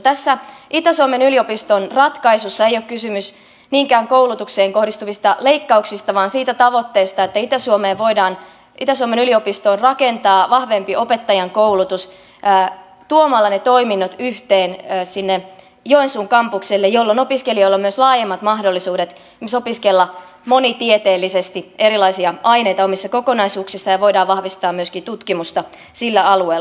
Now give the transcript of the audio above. tässä itä suomen yliopiston ratkaisussa ei ole kysymys niinkään koulutukseen kohdistuvista leikkauksista vaan siitä tavoitteesta että itä suomen yliopistoon voidaan rakentaa vahvempi opettajankoulutus tuomalla ne toiminnot yhteen joensuun kampukselle jolloin opiskelijoilla on myös laajemmat mahdollisuudet esimerkiksi opiskella monitieteellisesti erilaisia aineita omissa kokonaisuuksissaan ja voidaan vahvistaa myöskin tutkimusta sillä alueella